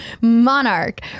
Monarch